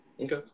Okay